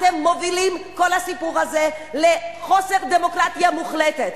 אתם מובילים את כל הסיפור הזה לחוסר דמוקרטיה מוחלט,